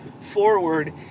forward